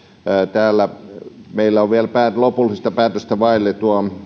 meillä on lopullista päätöstä vaille